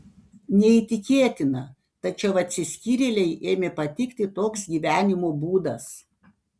neįtikėtina tačiau atsiskyrėlei ėmė patikti toks gyvenimo būdas